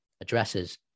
addresses